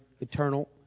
eternal